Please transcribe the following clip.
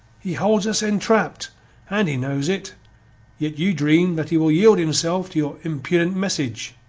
he hold us entrap', and he knows it yet you dream that he will yield himself to your impudent message.